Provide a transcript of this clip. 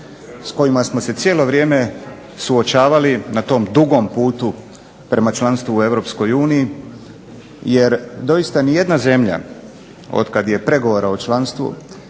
s kojima smo se cijelo vrijeme suočavali na tom dugom putu prema članstvu u EU, jer doista nijedna zemlja od kada je pregovora u članstvu